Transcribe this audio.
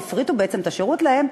שהפריטו בעצם את השירות להן,